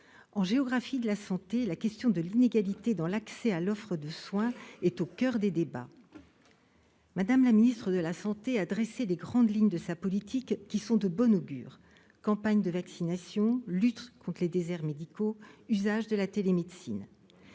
En géographie de la santé, la question de l'inégalité dans l'accès à l'offre de soins est au coeur des débats. Mme la ministre des solidarités et de la santé a tracé les grandes lignes de sa politique qui sont de bon augure : campagnes de vaccination, lutte contre les déserts médicaux, usage de la télémédecine,